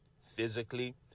physically